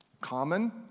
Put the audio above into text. Common